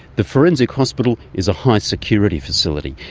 the forensic hospital is a high security facility,